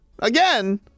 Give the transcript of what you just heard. Again